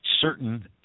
certain